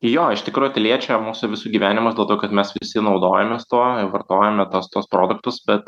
jo iš tikro tai liečia mūsų visų gyvenimus dėl to kad mes visi naudojamės tuo ir vartojame tuos tuos produktus bet